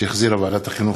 שהחזירה ועדת החינוך,